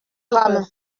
drame